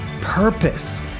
purpose